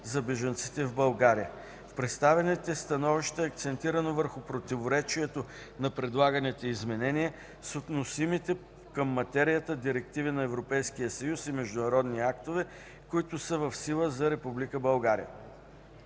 за бежанците в България. В представените становища е акцентирано върху противоречието на предлаганите изменения с относимите към материята Директиви на Европейския съюз и международни актове, които са в сила за Република България.